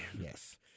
Yes